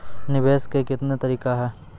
निवेश के कितने तरीका हैं?